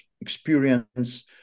experience